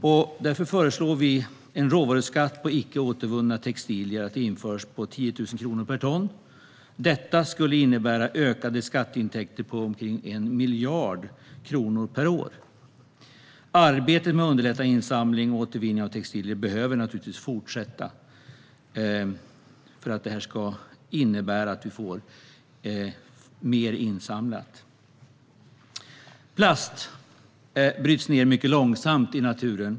Vi föreslår därför att en råvaruskatt på icke återvunna textilier införs på 10 000 kronor per ton. Det skulle innebära ökade skatteintäkter på omkring 1 miljard kronor per år. Arbetet med att underlätta insamling och återvinning av textilier behöver samtidigt fortsätta för att det ska samlas in mer. Plast bryts ned mycket långsamt i naturen.